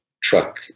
truck